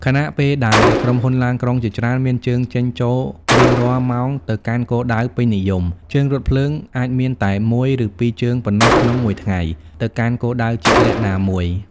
ខណៈពេលដែលក្រុមហ៊ុនឡានក្រុងជាច្រើនមានជើងចេញចូលរៀងរាល់ម៉ោងទៅកាន់គោលដៅពេញនិយម ជើងរថភ្លើងអាចមានតែ មួយ ឬពីរជើងប៉ុណ្ណោះក្នុងមួយថ្ងៃ ទៅកាន់គោលដៅជាក់លាក់ណាមួយ។